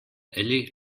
elli